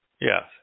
Yes